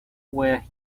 where